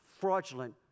fraudulent